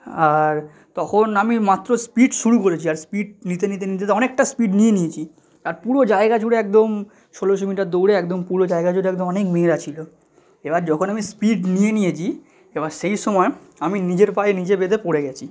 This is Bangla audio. আর তখন আমি মাত্র স্পিড শুরু করেছি আর স্পিড নিতে নিতে নিতে নিতে অনেকটা স্পিড নিয়ে নিয়েছি আর পুরো জায়গা জুড়ে একদম ষোলোশো মিটার দৌড়ে একদম পুরো জায়গা জুড়ে একদম অনেক মেয়েরা ছিলো এবার যখন আমি স্পিড নিয়ে নিয়েছি এবার সেই সময় আমি নিজের পায়ে নিজে বেঁধে পড়ে গেছি